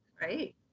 right